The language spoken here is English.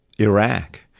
Iraq